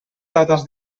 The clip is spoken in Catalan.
dates